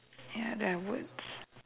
ya don't have words